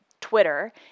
Twitter